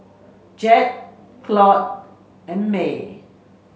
Jed Claud and May